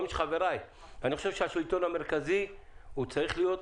לדעתי, השלטון המרכזי צריך להיות